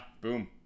Boom